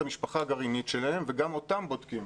המשפחה הגרעינית שלהם וגם אותה בודקים